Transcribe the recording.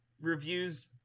reviews